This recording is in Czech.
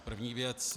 První věc.